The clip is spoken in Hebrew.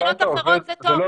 במדינות אחרות זה טוב,